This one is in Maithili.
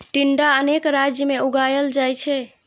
टिंडा अनेक राज्य मे उगाएल जाइ छै